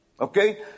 Okay